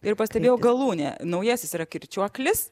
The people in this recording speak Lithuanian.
ir pastebėjau galūnė naujasis yra kirčiuoklis